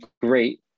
great